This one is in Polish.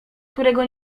którego